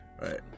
Right